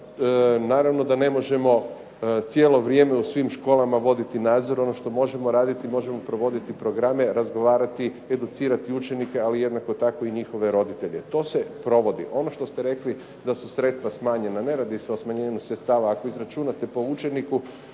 Naravno da ne možemo cijelo vrijeme u svim školama voditi nadzor. Ono što možemo raditi, možemo provoditi programe, razgovarati, educirati učenike, ali jednako tako i njihove roditelje. To se provodi. Ono što ste rekli da su sredstva smanjenja. Ne radi se o smanjenju sredstava. Ako izračunate po učeniku